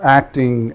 acting